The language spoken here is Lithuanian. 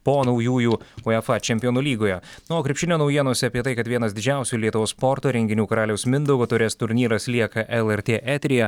po naujųjų uefa čempionų lygoje na o krepšinio naujienose apie tai kad vienas didžiausių lietuvos sporto renginių karaliaus mindaugo taurės turnyras lieka lrt eteryje